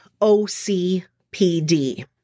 OCPD